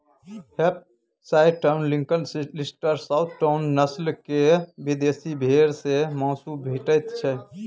Hampshire Down, Lincoln, Leicester, Southdown, नस्ल केर विदेशी भेंड़ सँ माँसु भेटैत छै